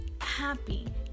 happy